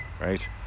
right